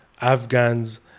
Afghans